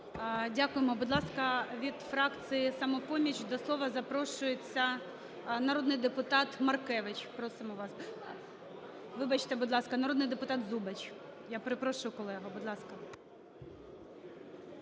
Дякуємо. Будь ласка, від фракції "Самопоміч" до слова запрошується народний депутат Маркевич. Просимо вас. Вибачте, будь ласка. Народний депутатЗубач. Я перепрошу, колего. Будь ласка.